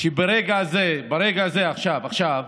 שברגע הזה, ברגע הזה, עכשיו, עכשיו,